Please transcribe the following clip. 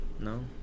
No